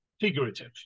figurative